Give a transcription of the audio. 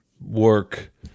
work